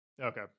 Okay